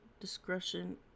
Discretion